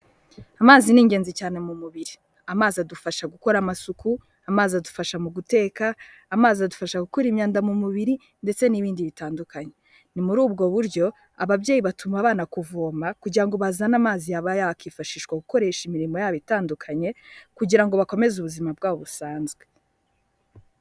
Amazi ni ingenzi cyane mu mubiri, amazi adufasha gukora amasuku, amazi adufasha mu guteka, amazi adufasha gukura imyanda mu mubiri ndetse n'ibindi bitandukanye, ni muri ubwo buryo ababyeyi batuma abana kuvoma, kugira ngo bazane amazi yaba yakwifashishwa gukoresha imirimo yabo itandukanye, kugira ngo bakomeze ubuzima bwabo busanzwe.